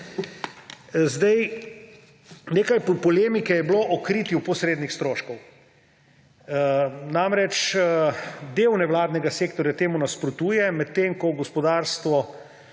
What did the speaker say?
Sedaj nekaj polemike je bilo o kritju posrednih stroškov. Namreč del nevladnega sektorja temu nasprotuje, medtem ko gospodarstvo